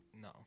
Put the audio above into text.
No